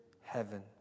heaven